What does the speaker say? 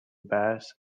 bears